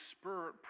Spirit